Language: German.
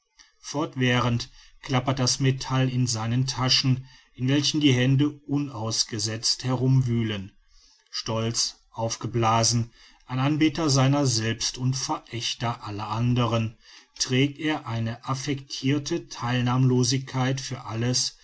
fortwährend klappert das metall in seinen taschen in welchen die hände unausgesetzt herum wühlen stolz aufgeblasen ein anbeter seiner selbst und verächter aller anderen trägt er eine affectirte theilnahmlosigkeit für alles